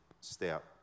step